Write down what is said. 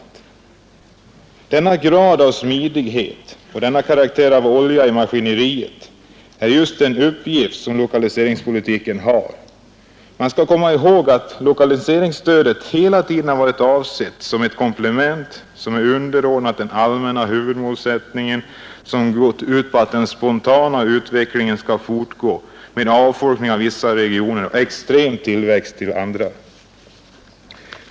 Att åstadkomma denna grad av smidighet och att fungera som olja i maskineriet är just den uppgift som lokaliseringspolitiken har. Man skall komma ihåg att lokaliseringsstödet hela tiden har varit avsett att vara ett komplement underordnat den allmänna huvudmålsättningen, som är att den spontana utvecklingen skall fortgå med avfolkning av vissa regioner och extrem tillväxt av andra.